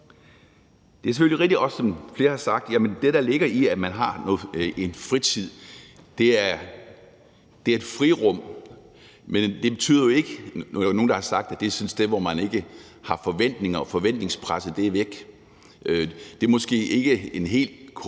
Det er selvfølgelig rigtigt, som flere også har sagt, at det, der ligger i, at man har en fritid, er, at det er et frirum, men det betyder jo ikke, som der er nogen der har sagt, at det er sådan et sted, hvor man ikke har forventninger og forventningspresset er væk. Det er måske ikke helt korrekt,